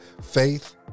faith